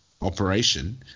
operation